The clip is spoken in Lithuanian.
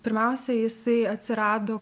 pirmiausia jisai atsirado